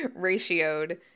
ratioed